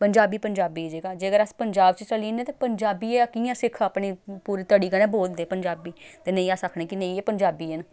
पंजाबी पंजाबी जेह्का जेकर अस पंजाब चली जन्ने तें पंजाबी कि'यां सिक्ख अपनी पूरी तड़ी कन्नै बोलदे पंजाबी ते नेईं अस आखने कि नेईं एह् पंजाबी न